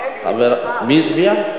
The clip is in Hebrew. אכן הצעתו של זאב בילסקי התקבלה.